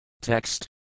Text